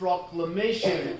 Proclamation